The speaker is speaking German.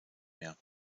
mehr